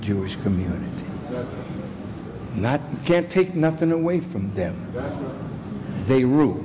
jewish community that can't take nothing away from them they rule